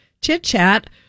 chit-chat